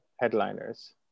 headliners